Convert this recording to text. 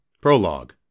Prologue